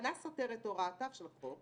תקנה סותרת או הוראותיו של כל חוק".